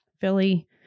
Philly